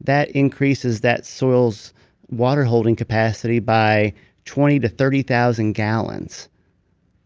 that increases that soil's water holding capacity by twenty thousand thirty thousand gallons